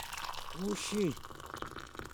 Uxi.